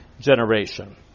generation